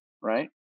right